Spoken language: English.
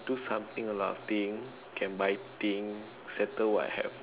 do something a lot of thing can buy thing settle what